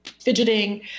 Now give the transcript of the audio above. fidgeting